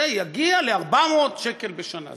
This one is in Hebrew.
זה יגיע ל-400 שקל בשנה.